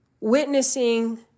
witnessing